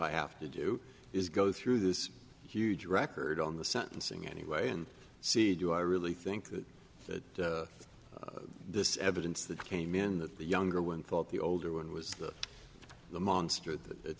i have to do is go through this huge record on the sentencing anyway and see do i really think that that this evidence that came in that the younger one thought the older one was the monster that